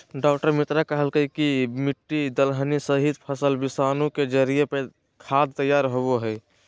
डॉ मित्रा कहलकय कि मिट्टी, दलहनी सहित, फसल विषाणु के जरिए खाद तैयार होबो हइ